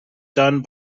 done